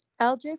LJ